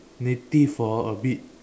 ~ative hor a bit